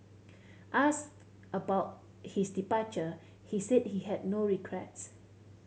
asked about his departure he said he had no regrets